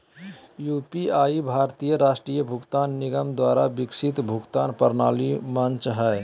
UPI भारतीय राष्ट्रीय भुगतान निगम द्वारा विकसित भुगतान प्रणाली मंच हइ